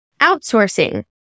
outsourcing